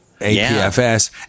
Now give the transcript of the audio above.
APFS